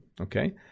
okay